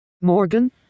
Morgan